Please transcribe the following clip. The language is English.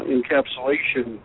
Encapsulation